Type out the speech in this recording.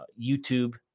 YouTube